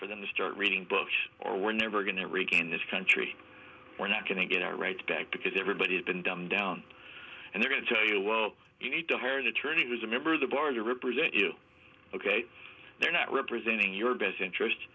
for them to start reading books or we're never going to regain this country we're not going to get our rights back because everybody's been dumbed down and they're going to tell you well you need to hire an attorney was a member of the bar to represent you ok they're not representing your best interest